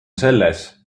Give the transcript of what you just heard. selles